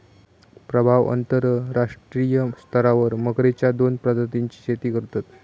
प्रभाव अंतरराष्ट्रीय स्तरावर मगरेच्या दोन प्रजातींची शेती करतत